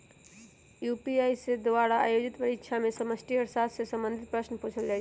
UPSC द्वारा आयोजित परीक्षा में समष्टि अर्थशास्त्र से संबंधित प्रश्न पूछल जाइ छै